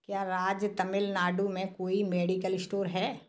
क्या राज्य तमिलनाडु में कोई मेडिकल स्टोर हैं